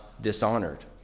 dishonored